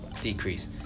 decrease